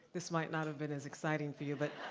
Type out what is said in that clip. this might not have been as exciting for you, but,